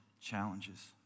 challenges